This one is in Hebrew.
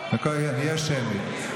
יש שמית.